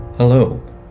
Hello